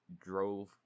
drove